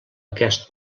aquest